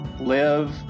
Live